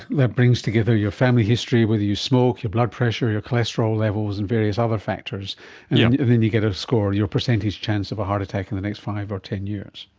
that brings together your family history, whether you smoke, your blood pressure, your cholesterol levels and various other factors, and yeah then you get a score, your percentage chance of a heart attack in the next five or ten years.